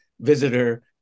visitor